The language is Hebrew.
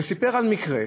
הוא סיפר על מקרה,